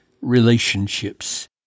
relationships